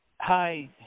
Hi